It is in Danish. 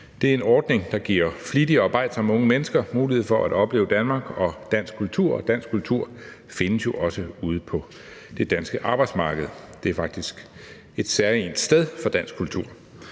Det er en ordning, der giver flittige og arbejdsomme unge mennesker mulighed for at opleve Danmark og dansk kultur, og dansk kultur findes jo også ude på det danske arbejdsmarked. Det er faktisk et særegent sted for dansk kultur.